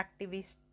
activists